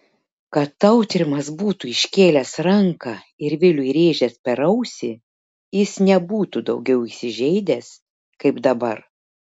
kad tautrimas būtų iškėlęs ranką ir viliui rėžęs per ausį jis nebūtų daugiau įsižeidęs kaip dabar